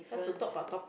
just to talk about topic